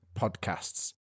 Podcasts